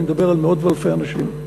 אני מדבר על מאות ואלפי אנשים.